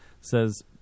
says